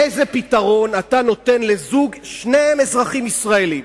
איזה פתרון אתה נותן לזוג, שניהם אזרחים ישראלים,